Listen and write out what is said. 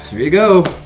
here you go.